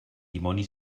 dimoni